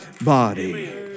body